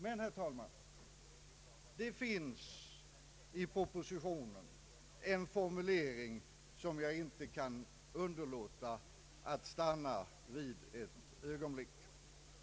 Men det finns, herr talman, i propositionen en formulering som jag inte kan underlåta att stanna vid ett ögonblick.